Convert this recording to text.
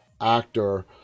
actor